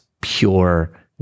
pure